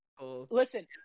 Listen